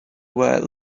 were